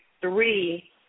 three